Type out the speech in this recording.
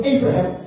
Abraham